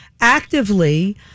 actively